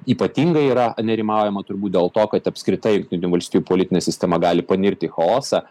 ypatingai yra nerimaujama turbūt dėl to kad apskritai jungtinių valstijų politinė sistema gali panirti chaosą